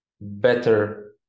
better